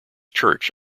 church